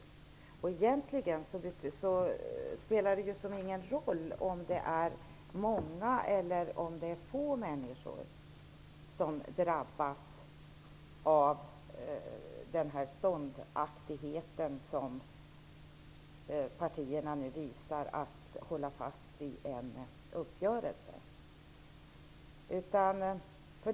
Det spelar egentligen inte någon roll om det är många eller om det är få människor som drabbas av den ståndaktighet som partierna nu visar genom att hålla fast vid en uppgörelse.